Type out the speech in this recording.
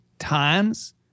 times